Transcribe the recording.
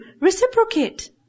Reciprocate